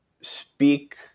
speak